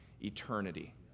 eternity